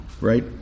right